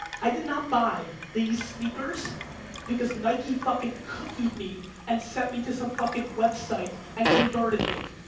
i did not buy these sneakers because nike fucking cookied me and sent me to some fucking website and converted me.